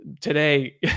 today